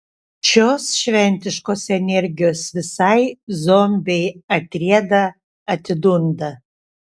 šios šventiškos energijos visai zombiai atrieda atidunda